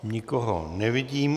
Nikoho nevidím.